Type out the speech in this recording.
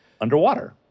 underwater